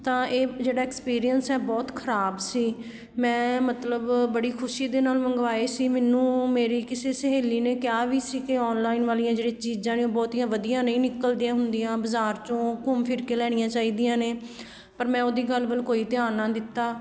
ਤਾਂ ਇਹ ਜਿਹੜਾ ਐਕਸਪੀਰੀਅੰਸ ਹੈ ਬਹੁਤ ਖਰਾਬ ਸੀ ਮੈਂ ਮਤਲਬ ਬੜੀ ਖੁਸ਼ੀ ਦੇ ਨਾਲ ਮੰਗਵਾਏ ਸੀ ਮੈਨੂੰ ਮੇਰੀ ਕਿਸੇ ਸਹੇਲੀ ਨੇ ਕਿਹਾ ਵੀ ਸੀ ਕਿ ਔਨਲਾਈਨ ਵਾਲੀਆਂ ਜਿਹੜੀਆਂ ਚੀਜ਼ਾਂ ਨੇ ਉਹ ਬਹੁਤੀਆਂ ਵਧੀਆਂ ਨਹੀਂ ਨਿਕਲਦੀਆਂ ਹੁੰਦੀਆਂ ਬਾਜ਼ਾਰ 'ਚੋਂ ਘੁੰਮ ਫਿਰ ਕੇ ਲੈਣੀਆਂ ਚਾਹੀਦੀਆਂ ਨੇ ਪਰ ਮੈਂ ਉਹਦੀ ਗੱਲ ਵੱਲ ਕੋਈ ਧਿਆਨ ਨਾ ਦਿੱਤਾ